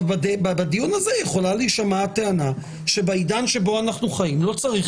בדיון הזה יכולה להישמע הטענה שבעידן שבו אנו חיים לא צריך